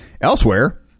Elsewhere